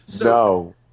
No